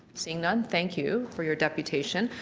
seeing none, thank you for your deputation.